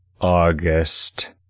August